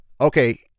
Okay